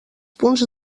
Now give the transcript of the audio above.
punts